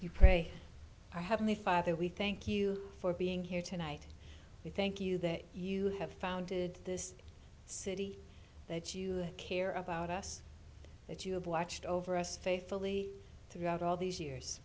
to pray i have the father we thank you for being here tonight we thank you that you have founded this city that you care about us that you have watched over us faithfully throughout all these years